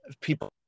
people